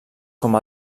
com